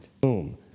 Boom